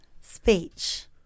speech